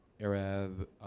Arab